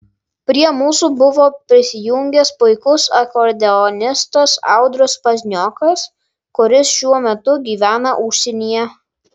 prie mūsų buvo prisijungęs puikus akordeonistas audrius pazniokas kuris šiuo metu gyvena užsienyje